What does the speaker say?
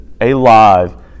alive